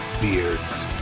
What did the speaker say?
Beards